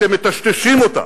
אתם מטשטשים אותה.